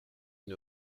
une